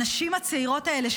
הנשים הצעירות האלה,